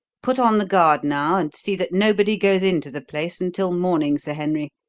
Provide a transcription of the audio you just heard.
put on the guard now and see that nobody goes into the place until morning, sir henry,